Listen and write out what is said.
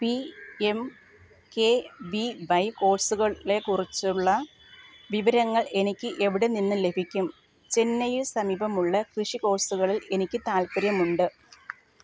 P M K V Y കോഴ്സുകളെ കുറിച്ചുള്ള വിവരങ്ങൾ എനിക്ക് എവിടെ നിന്ന് ലഭിക്കും ചെന്നൈയിൽ സമീപമുള്ള കൃഷി കോഴ്സുകളിൽ എനിക്ക് താൽപ്പര്യമുണ്ട്